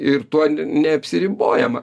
ir tuo neapsiribojama